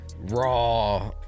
raw